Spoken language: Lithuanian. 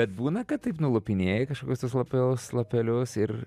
bet būna kad taip nulupinėji kažkokius tuos lapel lapelius ir